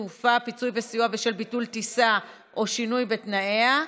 תעופה (פיצוי וסיוע בשל ביטול טיסה או שינוי בתנאיה)